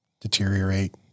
deteriorate